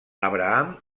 abraham